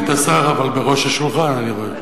סגנית השר, אבל בראש השולחן, אני רואה.